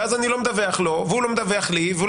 ואז אני לא מדווח לו והוא לא מדווח לי והוא